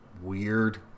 weird